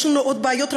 יש לנו עוד בעיות רבות,